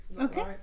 Okay